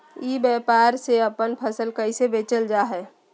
ई व्यापार से अपन फसल कैसे बेचल जा हाय?